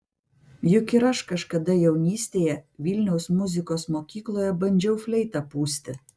juk ir aš kažkada jaunystėje vilniaus muzikos mokykloje bandžiau fleitą pūsti